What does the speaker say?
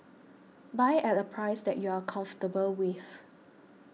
buy at a price that you are comfortable with